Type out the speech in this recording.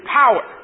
power